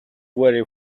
very